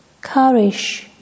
courage